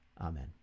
Amen